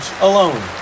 alone